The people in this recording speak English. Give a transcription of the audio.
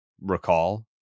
recall